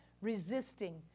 resisting